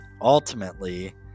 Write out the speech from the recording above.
ultimately